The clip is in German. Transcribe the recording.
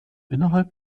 innerhalb